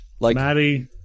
Maddie